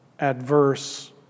adverse